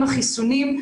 עם החיסונים,